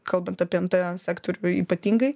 kalbant apie nt sektorių ypatingai